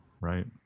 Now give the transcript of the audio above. right